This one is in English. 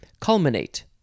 Culminate